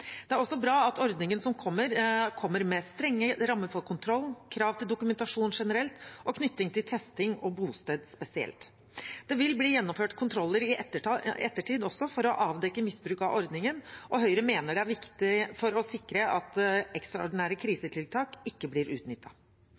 Det er også bra at ordningen som kommer, kommer med strenge rammer for kontroll, med krav til dokumentasjon generelt og knytting til testing og bosted spesielt. Det vil også bli gjennomført kontroller i ettertid for å avdekke misbruk av ordningen, og Høyre mener det er viktig for å sikre at ekstraordinære krisetiltak ikke blir